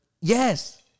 Yes